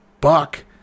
buck